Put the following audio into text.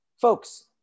Folks